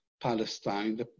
Palestine